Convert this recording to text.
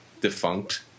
defunct